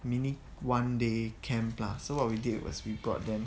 mini one day camp lah so what we did was we brought them